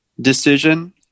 decision